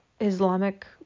Islamic